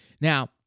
Now